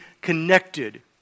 connected